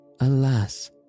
Alas